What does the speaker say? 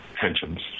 tensions